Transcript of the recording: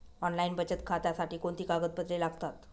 Online बचत खात्यासाठी कोणती कागदपत्रे लागतात?